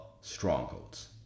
strongholds